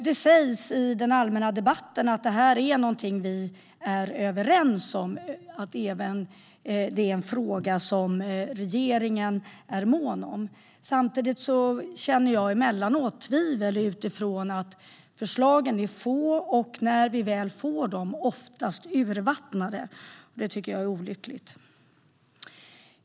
Det sägs i den allmänna debatten att detta är något som vi är överens om och att det är en fråga som regeringen är mån om. Samtidigt känner jag emellanåt tvivel utifrån att förslagen är få och oftast urvattnade när vi väl får dem. Det tycker jag är olyckligt.